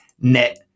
net